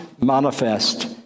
manifest